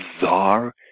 bizarre